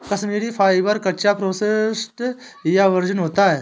Kashmiri fibre, कच्चा, processed या virgin होता है